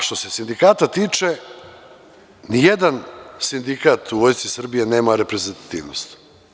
Što se sindikata tiče, nijedan sindikat u Vojsci Srbije nema reprezentativnost.